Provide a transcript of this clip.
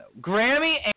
Grammy